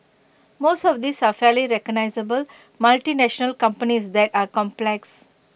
most of these are fairly recognisable multinational companies that are complex